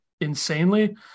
insanely